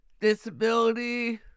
disability